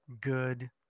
good